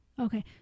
Okay